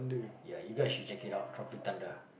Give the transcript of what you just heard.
ya you guys should check it out Tropic-Thunder